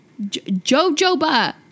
Jojoba